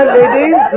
ladies